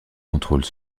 contrôle